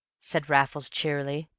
said raffles cheerily.